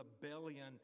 rebellion